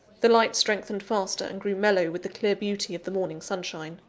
the light strengthened faster, and grew mellow with the clear beauty of the morning sunshine.